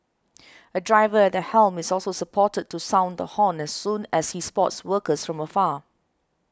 a driver at the helm is also supported to sound the horn as soon as he spots workers from afar